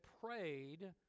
prayed